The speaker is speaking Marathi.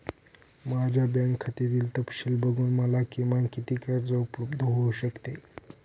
माझ्या बँक खात्यातील तपशील बघून मला किमान किती कर्ज उपलब्ध होऊ शकते?